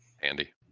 handy